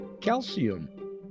calcium